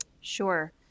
Sure